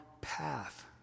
path